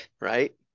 right